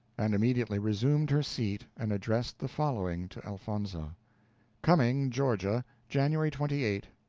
and immediately resumed her seat and addressed the following to elfonzo cumming, ga, january twenty eight,